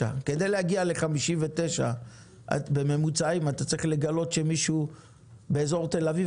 חקלאי בישראל הוא 59. כדי להגיע ל-59 אתה צריך לגלות שבאזור תל-אביב